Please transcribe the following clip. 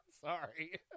Sorry